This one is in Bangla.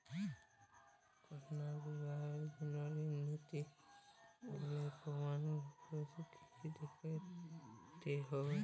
কন্যার বিবাহের জন্য ঋণ নিতে গেলে প্রমাণ স্বরূপ কী কী দেখাতে হবে?